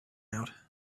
out